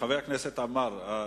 חבר הכנסת עמאר,